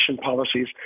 policies